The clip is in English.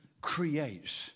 creates